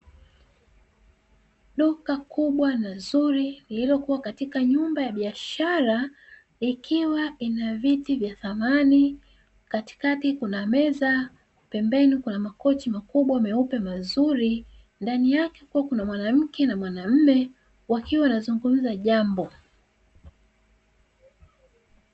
Duka kubwa na zuri lililokuwa katika nyumba ya biashara, ikiwa ina viti vya thamani katikati kuna meza pembeni kuna makochi makubwa meupe mazuri, ndani yake kukiwa kuna mwanamke na mwanamme wakiwa wanazungumza jambo.